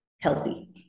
healthy